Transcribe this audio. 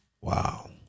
Wow